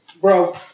Bro